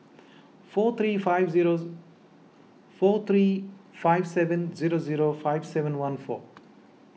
four three five zero four three five seven zero zero five seven one four